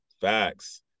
Facts